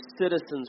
citizens